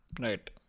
Right